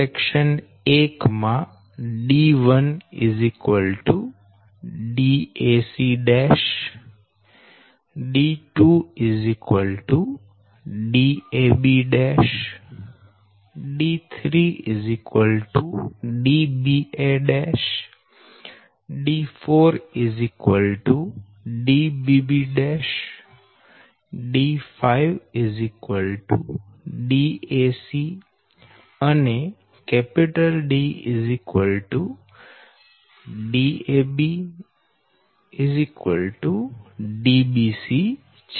section 1 માં d1dac' d2dab' d3dba' d4dbb' d5dac અને Ddabdbc છે